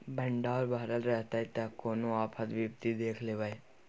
भंडार भरल रहतै त कोनो आफत विपति देख लेबै